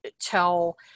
tell